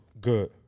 good